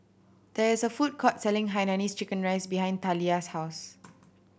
there is a food court selling Hainanese chicken rice behind Taliyah's house